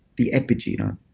the epigenome.